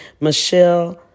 Michelle